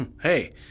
Hey